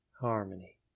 harmony